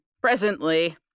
presently